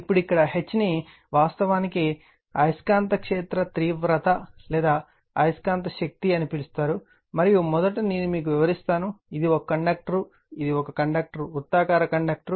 ఇప్పుడు ఇక్కడ H ని వాస్తవానికి అయస్కాంత క్షేత్ర తీవ్రత లేదా అయస్కాంత శక్తి అని పిలుస్తారు మరియు మొదట నేను మీకు వివరిస్తాను ఇది ఒక కండక్టర్ ఇది ఒక కండక్టర్ వృత్తాకార కండక్టర్